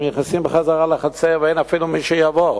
הם נכנסים בחזרה לחצר ואין אפילו מי שיבוא.